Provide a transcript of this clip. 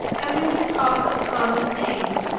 and we will talk of common things.